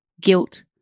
guilt